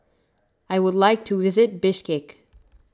I would like to visit Bishkek